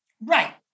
Right